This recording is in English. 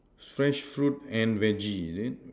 fresh fruit and veggie is it